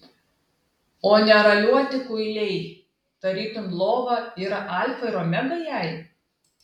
o neraliuoti kuiliai tarytum lova yra alfa ir omega jai